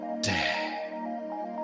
day